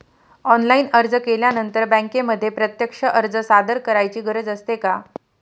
Online अर्ज केल्यानंतर बँकेमध्ये प्रत्यक्ष अर्ज सादर करायची गरज असते का?